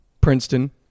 Princeton